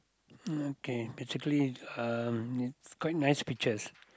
okay basically it's um it's quite nice pictures